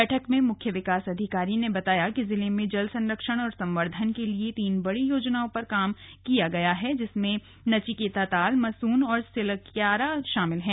बैठक में मुख्य विकास आधिकारी ने बताया कि जिले में जल संरक्षण और संर्वद्धन के लिए तीन बड़ी योजनाओं पर कार्य किया गया है जिसमें नचिकेता ताल मसून और सिलक्यारा शामिल हैं